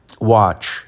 watch